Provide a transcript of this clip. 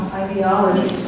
ideology